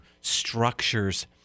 structures